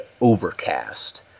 overcast